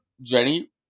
Jenny